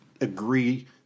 agree